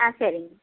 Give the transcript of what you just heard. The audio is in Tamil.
ஆ சரிங்க